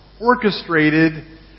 orchestrated